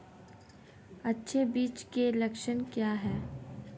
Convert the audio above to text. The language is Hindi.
अच्छे बीज के लक्षण क्या हैं?